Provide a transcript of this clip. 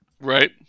Right